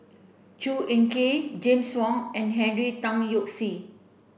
Chua Ek Kay James Wong and Henry Tan Yoke See